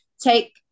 take